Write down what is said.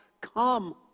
come